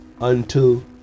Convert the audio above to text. unto